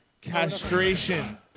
castration